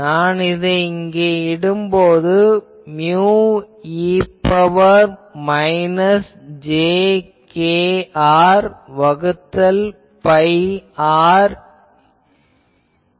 நான் இதை இங்கே இடும்போது இவை மியு e ன் பவர் மைனஸ் j kr வகுத்தல் phi r